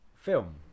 film